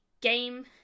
game